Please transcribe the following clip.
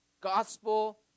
Gospel